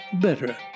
Better